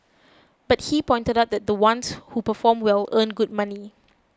but he pointed out that the ones who perform well earn good money